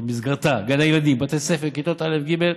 שבמסגרתה גני הילדים ובתי הספר בכיתות א' ג'